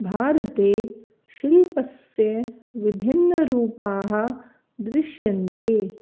भारते शिल्पस्य विभिन्नरूपाः दृश्यन्ते